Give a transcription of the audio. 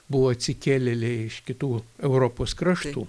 buvo atsikėlėliai iš kitų europos kraštų